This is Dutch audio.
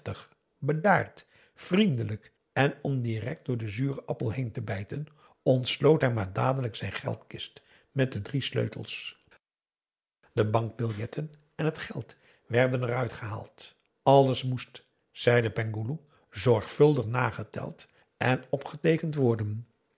bedaard vriendelijk en om direct door den zuren appel heen te bijten ontsloot hij maar dadelijk zijn geldkist met de drie sleutels de bankbiljetten en het geld werden eruit gehaald alles moest zei de penghoeloe zorgvuldig nageteld en opgeteekend worden